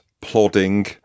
plodding